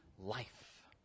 life